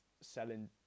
selling